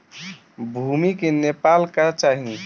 भूमि के नापेला का चाही?